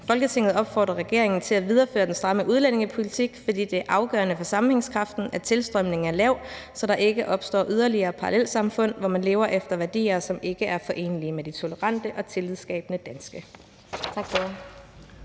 Folketinget opfordrer regeringen til at videreføre den stramme udlændingepolitik, fordi det er afgørende for sammenhængskraften, at tilstrømningen er lav, så der ikke opstår yderligere parallelsamfund, hvor man lever efter værdier, som ikke er forenelige med de tolerante og tillidsskabende danske.«